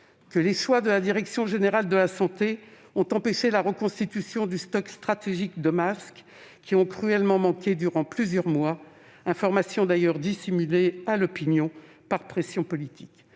que les choix de la direction générale de la santé, la DGS, ont empêché la reconstitution du stock stratégique de masques qui ont cruellement manqué durant plusieurs mois, information dissimulée à l'opinion par pression politique,